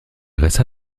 resta